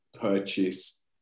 purchase